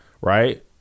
Right